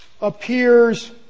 appears